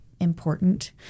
important